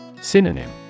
Synonym